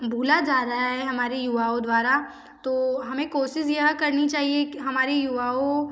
भूला जा रहा है हमारे युवाओं द्वारा तो हमें कोशिश यह करनी चाहिए कि हमारे युवाओं